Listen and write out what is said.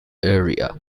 area